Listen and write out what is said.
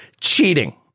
cheating